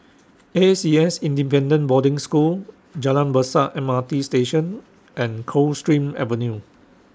A C S Independent Boarding School Jalan Besar M R T Station and Coldstream Avenue